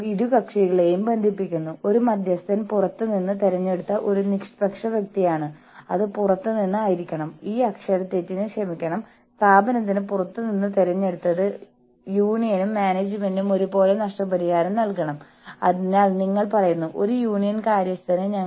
union അടിച്ചമർത്തൽ സമീപനം സൂചിപ്പിക്കുന്നത് യൂണിയൻ രൂപീകരണം തടയാൻ നിങ്ങൾ കഴിയുന്നതെല്ലാം ചെയ്യുന്നതിനെയാണ്